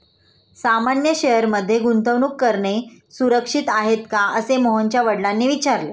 सामान्य शेअर मध्ये गुंतवणूक करणे सुरक्षित आहे का, असे मोहनच्या वडिलांनी विचारले